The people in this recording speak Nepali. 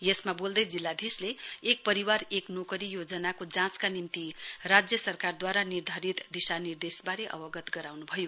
यसमा वोल्दै जिल्लाधीशले एक परिवार एक नोकरी योजनाको जाँचका निम्ति राज्य सरकारद्वारा निर्धारित दिशा निर्देशवारे अवगत गराउनुभयो